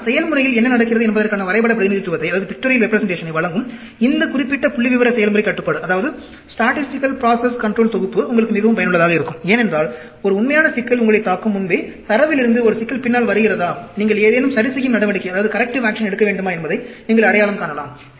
ஆனால் செயல்முறையில் என்ன நடக்கிறது என்பதற்கான வரைபட பிரதிநிதித்துவத்தை வழங்கும் இந்த குறிப்பிட்ட புள்ளிவிவர செயல்முறை கட்டுப்பாடு தொகுப்பு மிகவும் பயனுள்ளதாக இருக்கும் ஏனென்றால் ஒரு உண்மையான சிக்கல் உங்களைத் தாக்கும் முன்பே தரவிலிருந்து ஒரு சிக்கல் பின்னால் வருகிறதா நீங்கள் ஏதேனும் சரிசெய்யும் நடவடிக்கை எடுக்க வேண்டுமா என்பதை நீங்கள் அடையாளம் காணலாம்